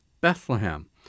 Bethlehem